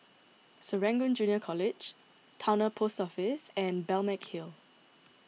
Serangoon Junior College Towner Post Office and Balmeg Hill